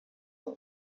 than